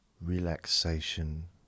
Relaxation